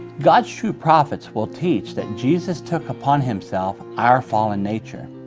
god's true prophets will teach that jesus took upon himself our fallen nature.